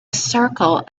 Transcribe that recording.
circle